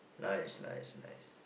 nice nice nice